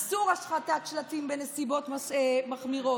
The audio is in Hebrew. כמו חוק איסור השחתת שלטים בנסיבות מחמירות,